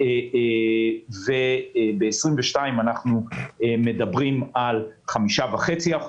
ב-2022 אנחנו מדברים על 5.5%,